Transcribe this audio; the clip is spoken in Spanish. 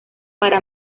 para